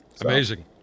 Amazing